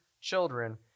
children